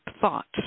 thoughts